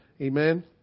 amen